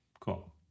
cool